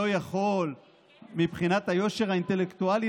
לא יכול מבחינת היושר האינטלקטואלי